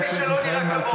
לבוא להתפלל,